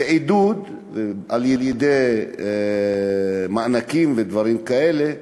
ניתן עידוד על-ידי מענקים ודברים כאלה,